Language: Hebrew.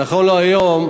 נכון להיום,